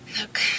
Look